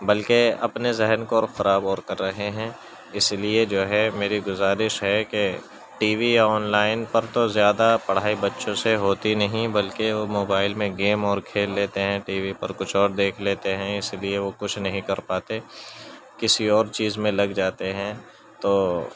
بلکہ اپنے ذہن کو اور خراب اور کر رہے ہیں اس لیے جو ہے میری گزارش ہے کہ ٹی وی آن لائن پر تو زیادہ پڑھائی بچوں سے ہوتی نہیں بلکہ وہ موبائل میں گیم اور کھیل لیتے ہیں ٹی وی پر کچھ اور دیکھ لیتے ہیں اسی لیے وہ کچھ نہیں کر پاتے کسی اور چیز میں لگ جاتے ہیں تو